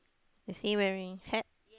is he wearing hat